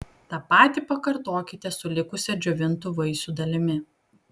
tą patį pakartokite su likusia džiovintų vaisių dalimi